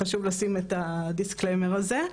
חשוב לשים את הדיסקליימר הזה.